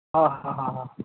હા હા હા હા